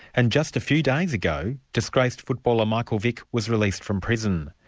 and just a few days ago, disgraced footballer michael vick was released from prison.